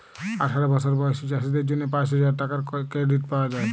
আঠার বসর বয়েসী চাষীদের জ্যনহে পাঁচ হাজার টাকার কেরডিট পাউয়া যায়